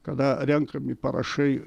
kada renkami parašai